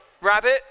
rabbit